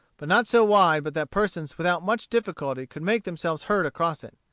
but not so wide but that persons without much difficulty could make themselves heard across it.